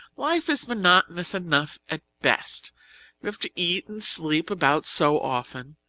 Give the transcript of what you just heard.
life is monotonous enough at best you have to eat and sleep about so often.